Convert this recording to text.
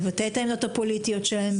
לבטא את העמדות הפוליטיות שלהם,